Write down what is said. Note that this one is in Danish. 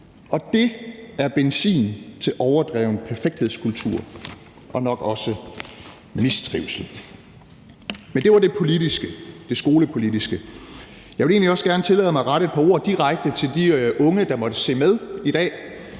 og det er benzin til overdreven perfekthedskultur og nok også mistrivsel. Men det var det politiske, det skolepolitiske. Jeg vil egentlig også gerne tillade mig at rette et par ord direkte til de unge, der måtte se med i dag